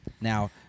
now